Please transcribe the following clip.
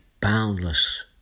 boundless